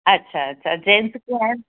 अछा अछा जेंट्स कीअं आहिनि